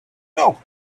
know